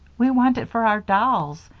we want it for our dolls,